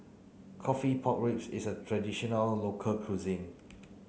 coffee pork ribs is a traditional local cuisine